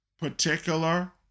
Particular